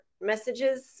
messages